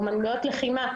אומנויות לחימה.